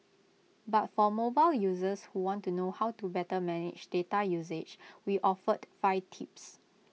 but for mobile users who want to know how to better manage data usage we offered five tips